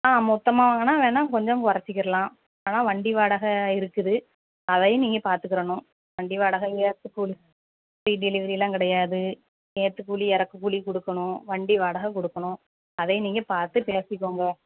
ஆ மொத்தமாக வாங்குன்னா வேணா கொஞ்சம் குறைச்சிக்கிர்லாம் ஆனால் வண்டி வாடகை இருக்குது அதையும் நீங்கள் பார்த்துக்கிரணும் வண்டி வாடகை ஏற்றுக்கூலி ஃப்ரீ டெலிவெரி எல்லாம் கிடையாது ஏற்றுக்கூலி இறக்குக்கூலி கொடுக்கணும் வண்டி வாடகை கொடுக்கணும் அதையும் நீங்கள் பார்த்து பேசிக்கோங்க